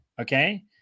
Okay